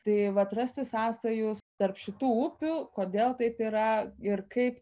tai vat rasti sąsajų tarp šitų upių kodėl taip yra ir kaip